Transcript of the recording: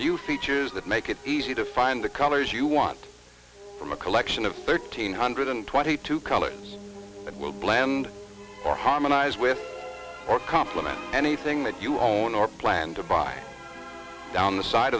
new features that make it easy to find the colors you want from a collection of thirteen hundred twenty two colors that will blend or harmonize with or compliment anything that you own or plan to buy down the side